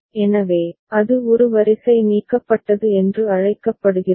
எனவே அது ஒரு வரிசை நீக்கப்பட்டது என்று அழைக்கப்படுகிறது